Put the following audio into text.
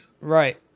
right